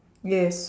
yes